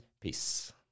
Peace